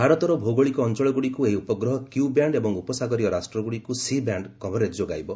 ଭାରତର ଭୌଗୋଳିକ ଅଞ୍ଚଳଗୁଡ଼ିକୁ ଏହି ଉପଗ୍ରହ କୁ ବ୍ୟାଣ୍ଡ୍ ଏବଂ ଉପସାଗରୀୟ ରାଷ୍ଟ୍ରଗୁଡ଼ିକୁ ସି ବ୍ୟାଣ୍ଡ୍ କଭରେଜ୍ ଯୋଗାଇବ